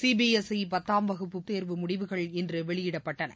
C B S E பத்தாம் வகுப்பு தேர்வு முடிவுகள் இன்று வெளியிடப்பட்டன